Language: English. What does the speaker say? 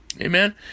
Amen